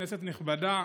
כנסת נכבדה,